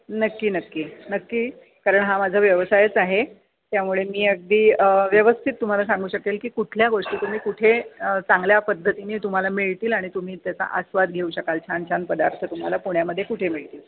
नक्की नक्की नक्की कारण हा माझा व्यवसायच आहे त्यामुळे मी अगदी व्यवस्थित तुम्हाला सांगू शकेल की कुठल्या गोष्टी तुम्ही कुठे चांगल्या पद्धतीने तुम्हाला मिळतील आणि तुम्ही त्याचा आस्वाद घेऊ शकाल छान छान पदार्थ तुम्हाला पुण्यामध्ये कुठे मिळतील